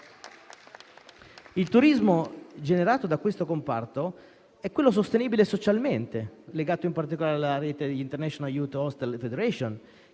Il turismo generato da questo comparto è quello sostenibile socialmente, legato in particolare alla rete International youth hostel federation,